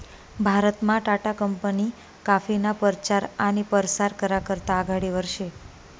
भारतमा टाटा कंपनी काफीना परचार आनी परसार करा करता आघाडीवर शे